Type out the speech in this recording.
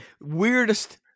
weirdest